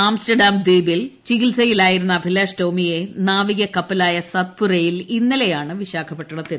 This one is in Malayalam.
ആംസ്റ്റർഡാം ദ്വീപിൽ ചികിത്സയിലായിരുന്ന അഭിലാഷ് ടോമിയെ നാവിക കപ്പലായ സത്പു രയിൽ ഇന്നലെയാണ് വിശാഖപട്ടണത്ത് എത്തിച്ചത്